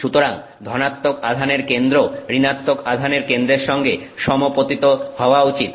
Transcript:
সুতরাং ধনাত্মক আধানের কেন্দ্র ঋণাত্মক আধানের কেন্দ্রের সঙ্গে সমাপতিত হওয়া উচিত